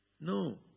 No